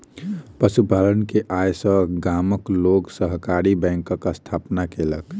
पशु पालन के आय सॅ गामक लोक सहकारी बैंकक स्थापना केलक